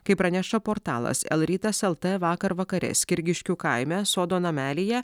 kaip praneša portalas lrytas lt vakar vakare skirgiškių kaime sodo namelyje